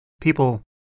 people